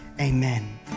amen